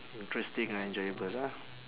interesting ah enjoyable ah